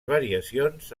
variacions